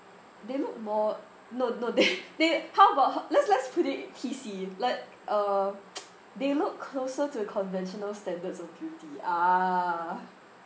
they look more no no they they how about ho~ let's let's put it P_C like uh they look closer to conventional standards of beauty ah